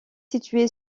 situé